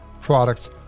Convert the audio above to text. products